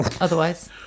Otherwise